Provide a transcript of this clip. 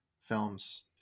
films